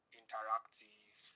interactive